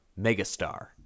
megastar